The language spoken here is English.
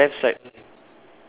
so on the left side